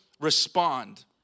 respond